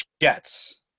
Jets